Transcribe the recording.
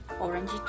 Orange